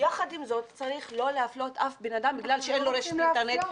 יחד עם זאת צריך לא להפלות אף אדם בגלל שאין לו רשת אינטרנט,